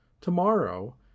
tomorrow